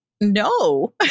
no